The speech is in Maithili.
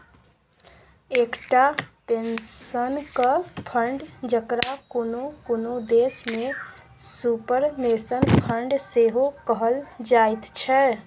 एकटा पेंशनक फंड, जकरा कुनु कुनु देश में सुपरनेशन फंड सेहो कहल जाइत छै